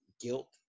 guilt